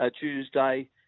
Tuesday